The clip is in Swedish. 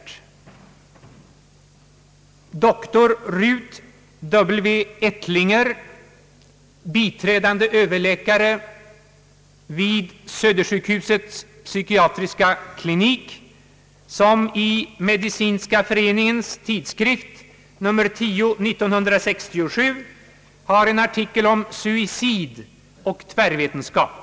Det är doktor Ruth W. Ettlinger, biträdan överläkare vid Södersjukhusets psykiatriska klinik, som i Medicinska för eningens tidskrift nr 10 1967 har en artikel om »Suicid och tvärvetenskap».